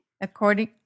According